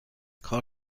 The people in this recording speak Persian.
کار